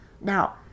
Now